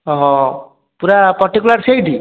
ଓହଃ ପୁରା ପଟିକୁଲାର୍ ସେଇଠି